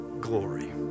glory